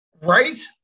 right